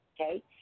Okay